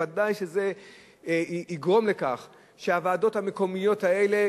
ודאי שזה יגרום לכך שהוועדות המקומיות האלה